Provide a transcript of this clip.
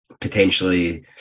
potentially